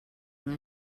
una